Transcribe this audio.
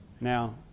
Now